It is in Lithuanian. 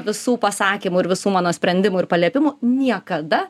visų pasakymų ir visų mano sprendimų ir paliepimų niekada